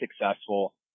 successful